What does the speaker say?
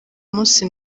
munsi